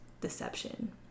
deception